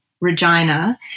Regina